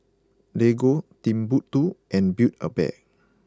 Lego Timbuk two and Build A Bear